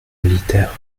militaire